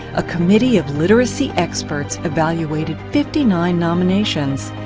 a committee of literacy experts, evaluated fifty nine nominations,